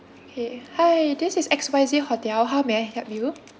K hi this is X Y Z hotel how may I help you